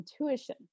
intuition